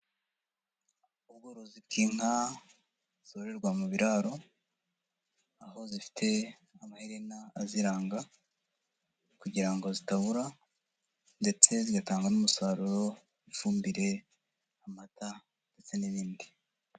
Ubworozi bw'inka zororerwa mu biraro, aho zifite amaherina aziranga, kugira ngo zitabura, ndetse zigatanga n'umusaruro, ifumbire, amata, ndetse n'ibindi.